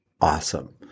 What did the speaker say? awesome